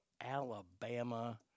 Alabama